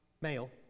male